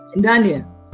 Daniel